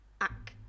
act